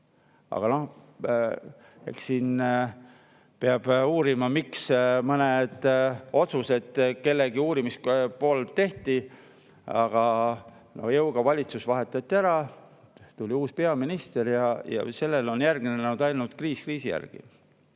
Aga noh, eks siin peab uurima, miks mõned otsused kellegi poolt tehti, kui jõuga vahetati valitsus ära, tuli uus peaminister ja sellele on järgnenud kriis kriisi järel.